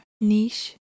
niche